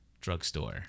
drugstore